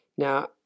Now